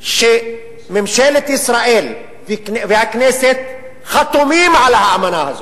ממשלת ישראל והכנסת חתומות על האמנה הזאת,